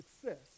success